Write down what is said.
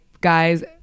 guys